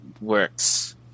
works